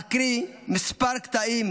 אקריא כמה קטעים,